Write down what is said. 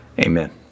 Amen